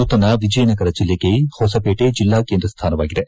ನೂತನ ವಿಜಯನಗರ ಜಿಲ್ಲೆಗೆ ಹೊಸಪೇಟೆ ಜಿಲ್ಲಾ ಕೇಂದ್ರ ಸ್ಥಾನವಾಗಿದೆ